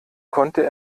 konnte